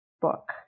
book